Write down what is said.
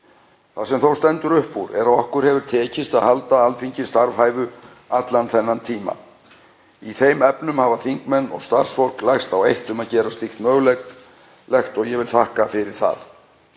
Það sem þó stendur upp úr er að okkur hefur tekist að halda Alþingi starfhæfu allan þann tíma. Í þeim efnum hafa þingmenn og starfsfólk lagst á eitt um að gera slíkt mögulegt og ég vil þakka fyrir það.